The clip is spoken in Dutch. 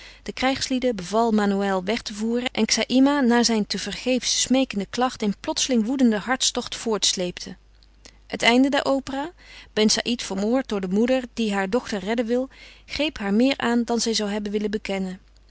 den krijgslieden beval manoël weg te voeren en xaïma na zijn tevergeefs smeekende klacht in plotseling woedenden hartstocht voortsleepte het einde der opera ben saïd vermoord door de moeder die haar dochter redden wil greep haar meer aan dan zij zou hebben willen bekennen